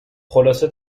خلاصه